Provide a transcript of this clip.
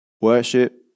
Worship